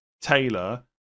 Taylor